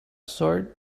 sort